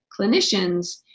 clinicians